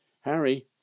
Harry